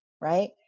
right